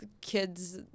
kids